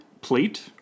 plate